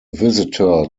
visitor